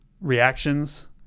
reactions